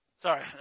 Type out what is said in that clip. Sorry